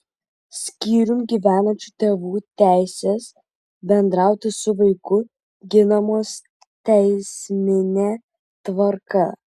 skyrium gyvenančių tėvų teisės bendrauti su vaiku ginamos teismine tvarka